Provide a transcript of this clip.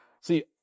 See